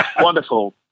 Wonderful